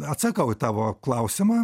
atsakau į tavo klausimą